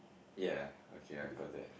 ya okay I got it